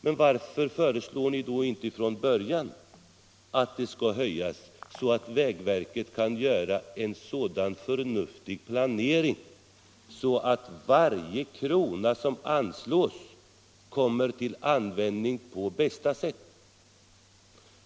Men varför föreslår ni inte från början att det skall höjas, så att vägverket kan göra en så förnuftig planering att varje krona som anslås kommer till användning på bästa sätt?